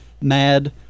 mad